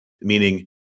Meaning